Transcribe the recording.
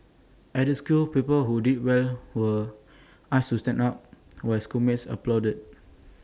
at the school pupils who did well were asked to stand up while schoolmates applauded